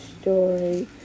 story